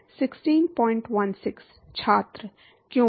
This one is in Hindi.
छात्र क्योंकि